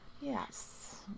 Yes